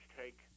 take